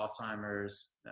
Alzheimer's